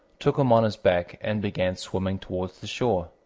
took him on his back and began swimming towards the shore.